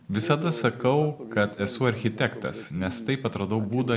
visada sakau kad esu architektas nes taip atradau būdą